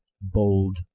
bold